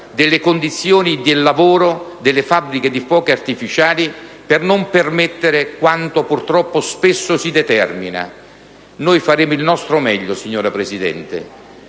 delle condizioni del lavoro delle fabbriche di fuochi artificiali, perché non si ripeta quanto, purtroppo, spesso si determina. Noi faremo del nostro meglio, signora Presidente,